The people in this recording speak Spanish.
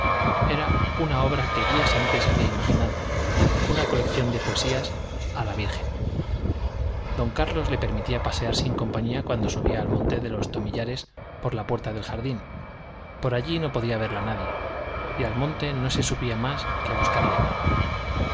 era una obra que días antes había imaginado una colección de poesías a la virgen don carlos le permitía pasear sin compañía cuando subía al monte de los tomillares por la puerta del jardín por allí no podía verla nadie y al monte no se subía más que a buscar leña